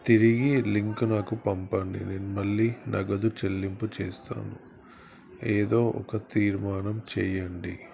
తిరిగి లింక్ నాకు పంపండి నేను మళ్ళీ నగదు చెల్లింపు చేస్తాను ఏదో ఒక తీర్మానం చేయ్యండి